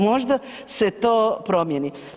Možda se to promijeni.